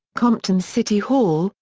compton city hall,